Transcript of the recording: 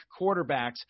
quarterbacks